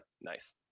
Nice